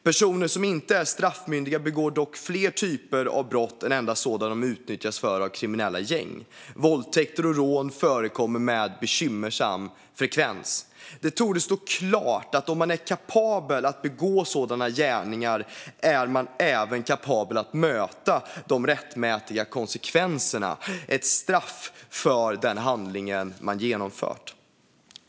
Personer som inte är straffmyndiga begår dock fler typer av brott än endast sådana de utnyttjas för av kriminella gäng. Våldtäkter och rån förekommer med bekymmersam frekvens. Det torde stå klart att om man är kapabel att begå sådana gärningar är man även kapabel att möta de rättmätiga konsekvenserna: ett straff för den handling man utfört.